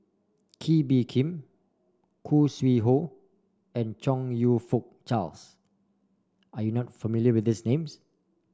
Kee Bee Khim Khoo Sui Hoe and Chong You Fook Charles are you not familiar with these names